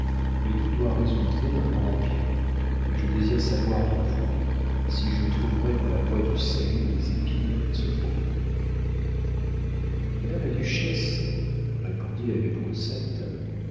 mais d'où doit résulter un grand bien et je désire savoir de vous si je trouverai dans la voie du salut des épines à ce propos madame la duchesse répondit l'abbé brossette